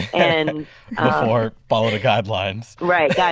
and follow the guidelines. right, yeah